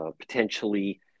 potentially